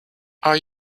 are